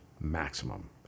maximum